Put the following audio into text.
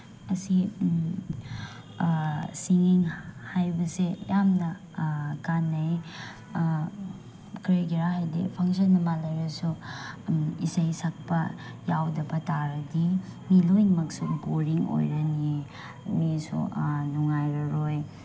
ꯑꯁꯤ ꯁꯤꯡꯒꯤꯡ ꯍꯥꯏꯕꯁꯦ ꯌꯥꯝꯅ ꯀꯥꯅꯩ ꯀꯔꯤꯒꯤꯔ ꯍꯥꯏꯔꯗꯤ ꯐꯥꯡꯁꯟ ꯑꯃ ꯂꯩꯔꯁꯨ ꯏꯁꯩ ꯁꯛꯄ ꯌꯥꯎꯗꯕ ꯇꯥꯔꯗꯤ ꯃꯤ ꯂꯣꯏꯅꯃꯛꯁꯨ ꯕꯣꯔꯤꯡ ꯑꯣꯏꯔꯅꯤ ꯃꯤꯁꯨ ꯅꯨꯡꯉꯥꯏꯔꯔꯣꯏ